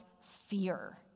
fear